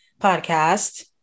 podcast